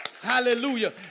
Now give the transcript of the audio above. Hallelujah